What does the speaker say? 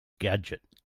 gadget